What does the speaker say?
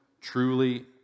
truly